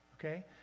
Okay